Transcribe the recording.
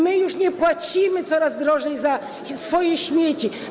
My już nie płacimy coraz drożej za swoje śmieci.